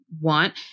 want